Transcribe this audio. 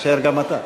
תישאר גם אתה.